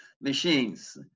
machines